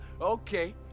Okay